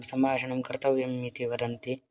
सम्भाषणं कर्तव्यम् इति वदन्ति